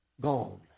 Gone